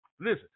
Listen